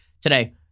today